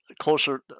Closer